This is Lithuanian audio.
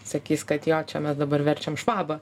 sakys kad jo čia mes dabar verčiam švabą